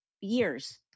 years